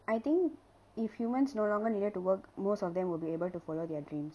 I think if humans no longer needed to work most of them will be able to follow their dreams